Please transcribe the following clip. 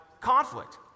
conflict